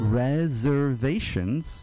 reservations